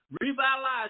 revitalize